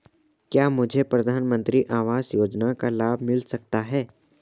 क्या मुझे प्रधानमंत्री आवास योजना का लाभ मिल सकता है?